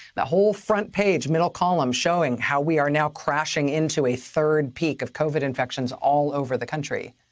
the whole front page, middle column showing how we are now crashing into a third peak of covid infections all over the country.